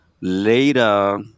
later